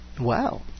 Wow